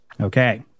Okay